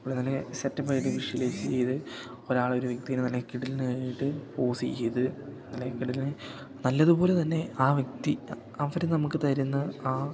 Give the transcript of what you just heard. പുള്ളി നല്ല സെറ്റപ്പ് ആയിട്ട് വിഷ്വലൈസ് ചെയ്ത് ഒരാളൊരു വ്യക്തിനെ തന്നെ കിടിലനായിട്ട് പോസ് ഒക്കെ ചെയ്ത് അല്ലെ കിടിലൻ നല്ലത് പോലെ തന്നെ ആ വ്യക്തി അവർ നമുക്ക് തരുന്ന ആ